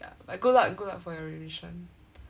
ya but good luck good luck for your revision